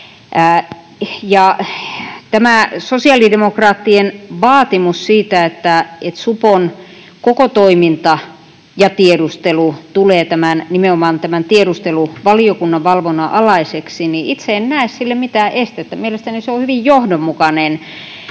Tälle sosiaalidemokraattien vaatimukselle siitä, että supon koko toiminta ja tiedustelu tulee nimenomaan tämän tiedusteluvaliokunnan valvonnan alaiseksi, itse en näe mitään estettä. Mielestäni se on hyvin johdonmukainen